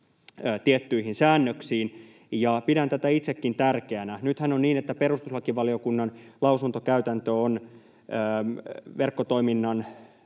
tiettyihin säännöksiin, ja pidän tätä itsekin tärkeänä. Nythän on niin, että perustuslakivaliokunnan lausuntokäytäntö on verkkotoiminnan